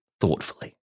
thoughtfully